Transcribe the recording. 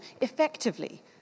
effectively